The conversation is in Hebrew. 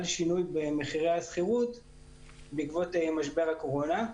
שינוי במחירי השכירות בעקבות משבר הקורונה.